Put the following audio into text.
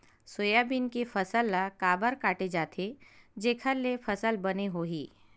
Soybean के फसल ल काबर काटे जाथे जेखर ले फसल बने होही?